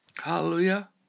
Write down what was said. Hallelujah